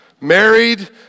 married